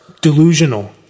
delusional